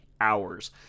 hours